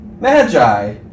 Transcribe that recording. magi